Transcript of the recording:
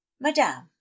Madame